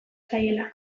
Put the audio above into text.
zaiela